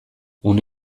une